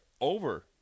over